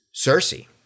Cersei